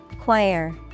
Choir